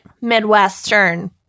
Midwestern